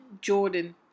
Jordan